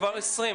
השתדלתי